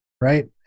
Right